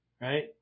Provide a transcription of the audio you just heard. right